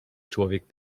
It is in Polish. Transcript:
człowiek